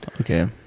Okay